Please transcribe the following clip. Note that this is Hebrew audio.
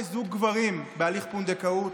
ראשונה לזוג גברים בהליך פונדקאות.